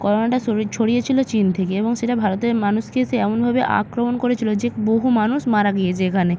করোনাটা শুরু ছড়িয়েছিল চিন থেকে এবং সেটা ভারতের মানুষকে সে এমনভাবে আক্রমণ করেছিল যে বহু মানুষ মারা গিয়েছে এখানে